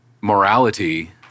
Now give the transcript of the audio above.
morality